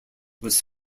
was